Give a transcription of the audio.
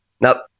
Now